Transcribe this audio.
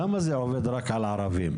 למה זה עובד רק על ערבים?